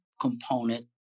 component